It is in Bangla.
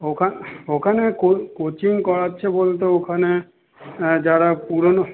ওখান ওখানে কো কোচিং করাচ্ছে বলতে ওখানে যারা পুরোনো